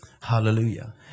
Hallelujah